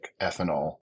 ethanol